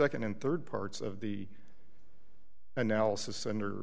nd and rd parts of the analysis and